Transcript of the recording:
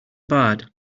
barred